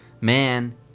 Man